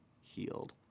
healed